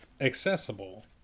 accessible